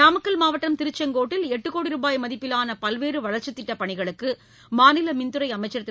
நாமக்கல் மாவட்டம் திருச்செங்கோட்டில் எட்டு கோடி ரூபாய் மதிப்பிவான பல்வேறு வளர்ச்சித் திட்டப் பணிகளுக்கு மாநில மின்துறை அமைச்சர் திரு